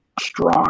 strong